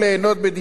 בעולם הזה.